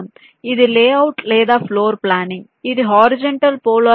ఇది లేఅవుట్ లేదా floor planning ఇది హరిజోన్టల్ పోలార్ గ్రాఫ్